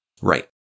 Right